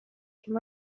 you